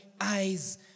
eyes